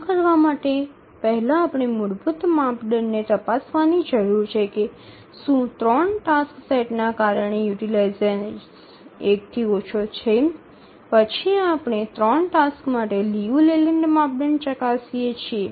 આ કરવા માટે પહેલા આપણે મૂળભૂત માપદંડને તપાસવાની જરૂર છે કે શું 3 ટાસ્ક સેટના કારણે યુટીલાઈઝેશન ૧ થી ઓછો છે પછી આપણે 3 ટાસક્સ માટે લિયુ લેલેન્ડ માપદંડ ચકાસી શકીએ છીએ